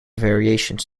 variations